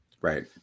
Right